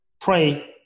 Pray